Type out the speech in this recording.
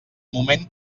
moment